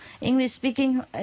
English-speaking